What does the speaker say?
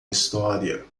história